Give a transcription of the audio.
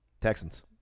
Texans